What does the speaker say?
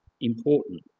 important